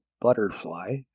butterfly